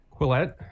Quillette